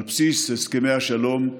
על בסיס הסכמי השלום,